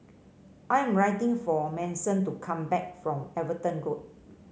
I am waiting for Manson to come back from Everton Road